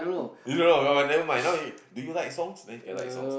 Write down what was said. never mind now you do you like songs then you can like songs